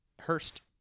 Hurst